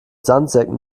sandsäcken